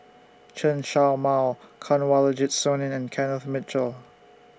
Chen Show Mao Kanwaljit Soin and Kenneth Mitchell